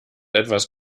etwas